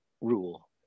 rule